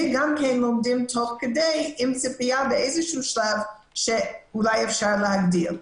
וגם כן לומדים תוך כדי עם ציפייה באיזשהו שלב שאולי אפשר להגדיל.